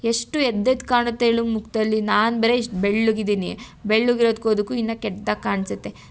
ಎಷ್ಟು ಎದ್ದೆದ್ದು ಕಾಣುತ್ತೇಳು ಮುಖದಲ್ಲಿ ನಾನು ಬೇರೆ ಇಷ್ಟು ಬೆಳ್ಳಗಿದ್ದೀನಿ ಬೆಳ್ಳಗಿರೋದಕ್ಕು ಅದಕ್ಕು ಇನ್ನು ಕೆಟ್ದಾಗಿ ಕಾಣಿಸುತ್ತೆ